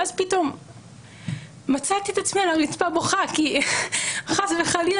ואז פתאום מצאתי את עצמי על הרצפה בוכה כי חס וחלילה